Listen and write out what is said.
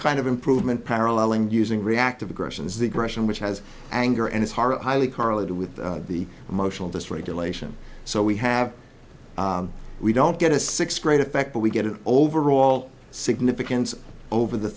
kind of improvement paralleling using reactive aggression is the aggression which has anger and it's highly correlated with the emotional dysregulation so we have we don't get a sixth grade effect but we get an overall significance over the